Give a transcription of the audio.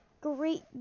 great